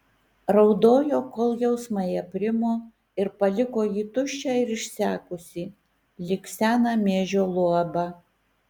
raudojo kol jausmai aprimo ir paliko jį tuščią ir išsekusį lyg seną miežio luobą